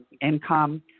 income